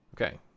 Okay